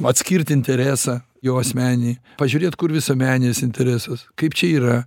atskirt interesą jo asmeninį pažiūrėt kur visuomeninis interesas kaip čia yra